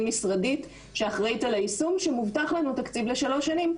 משרדית שאחראית על היישום שמובטח לנו תקציב לשלוש שנים.